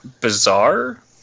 bizarre